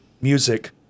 music